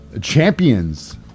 champions